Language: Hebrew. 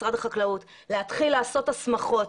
ביקשתי גם ממשרד החקלאות להתחיל לעשות הסמכות.